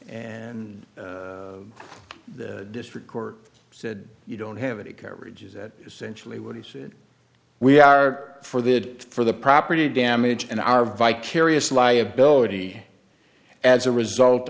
and the district court said you don't have any coverage is that essentially what he said we are for they did for the property damage in our vicarious liability as a result